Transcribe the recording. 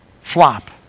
flop